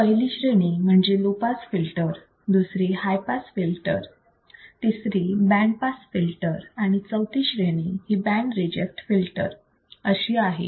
पहिली श्रेणी म्हणजे लो पास फिल्टर दुसरी हाय पास फिल्टर तिसरी बँड पास फिल्टर तर चौथी श्रेणी ही बँड रिजेक्ट फिल्टर अशी आहे